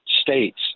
states